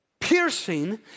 piercing